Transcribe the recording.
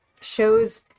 shows